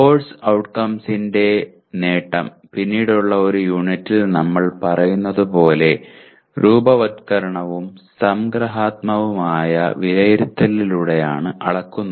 course ഔട്ട്കംസിന്റെ നേട്ടം പിന്നീടുള്ള ഒരു യൂണിറ്റിൽ നമ്മൾ പറയുന്നത് പോലെ രൂപവത്കരണവും സംഗ്രഹാത്മകവുമായ വിലയിരുത്തലിലൂടെയാണ് അളക്കുന്നത്